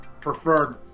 preferred